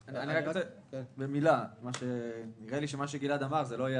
נראה לי שמה שגלעד קריב אמר זה לא יהיה